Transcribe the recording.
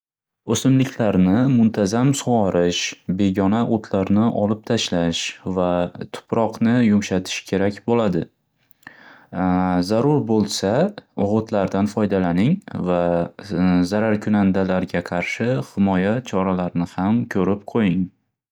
O'simliklarni muntazam sug'orish begona o'tlarni olib tashlash va tuproqni yumshatish kerak bo'ladi. Zarur bo'lsa o'g'itlardan foydalaning va zararkurandalarga qarshi choralarini ham ko'rib qo'ying.